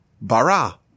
Bara